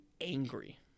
angry